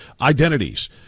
identities